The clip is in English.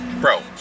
Bro